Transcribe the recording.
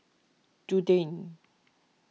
Dundee